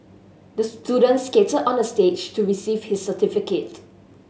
the student skated onto the stage to receive his certificate